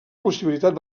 possibilitat